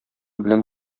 белән